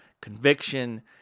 conviction